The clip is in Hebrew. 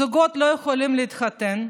זוגות לא יכולים להתחתן,